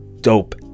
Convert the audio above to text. dope